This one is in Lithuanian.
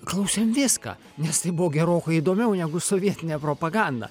klausėm viską nes tai buvo gerokai įdomiau negu sovietinė propaganda